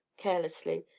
carelessly,